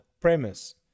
premise